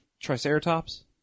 Triceratops